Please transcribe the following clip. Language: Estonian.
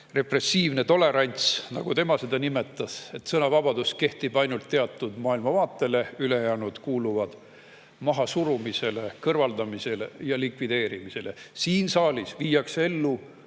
repressiivne tolerants, nagu tema seda nimetas: sõnavabadus kehtib ainult teatud maailmavaate puhul, ülejäänud kuuluvad mahasurumisele, kõrvaldamisele ja likvideerimisele. Siin saalis viiakse